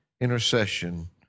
intercession